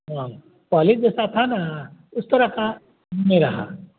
हाँ पहले जैसा था ना उस तरह का नहीं रहा